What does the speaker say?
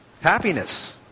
happiness